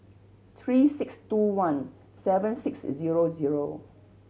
three six two one seven six zero zero